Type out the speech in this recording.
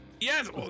yes